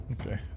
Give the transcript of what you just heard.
Okay